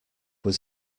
was